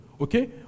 Okay